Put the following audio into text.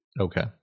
Okay